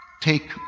Take